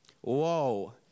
Whoa